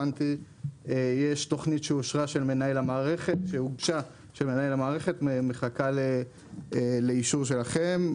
הבנתי שיש תוכנית שהוגשה על ידי מנהל המערכת ומחכה לאישור שלכם.